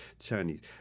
Chinese